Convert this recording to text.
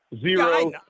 zero